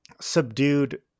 subdued